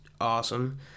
awesome